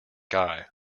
eye